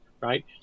right